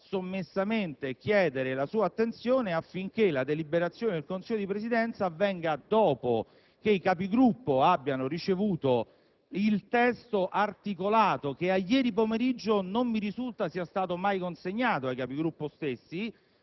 sommessamente richiamare la sua attenzione affinché la deliberazione del Consiglio di Presidenza avvenga dopo che i Capigruppo abbiano ricevuto il testo articolato, che a ieri pomeriggio non mi risulta sia stato loro consegnato (forse